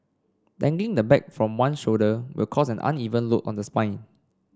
dangling the bag from one shoulder will cause an uneven load on the spine